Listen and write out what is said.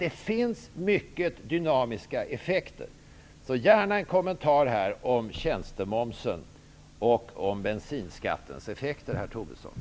Det finns mycket av dynamiska effekter. Jag vill gärna ha en kommentar om tjänstemomsen och om bensinskattens effekter, herr Tobisson.